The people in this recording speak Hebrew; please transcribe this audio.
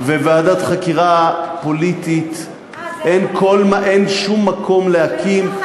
ועדת חקירה פוליטית אין שום מקום להקים,